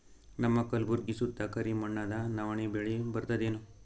ನಮ್ಮ ಕಲ್ಬುರ್ಗಿ ಸುತ್ತ ಕರಿ ಮಣ್ಣದ ನವಣಿ ಬೇಳಿ ಬರ್ತದೇನು?